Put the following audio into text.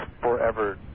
forever